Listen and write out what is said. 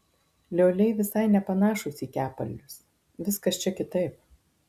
lioliai visai nepanašūs į kepalius viskas čia kitaip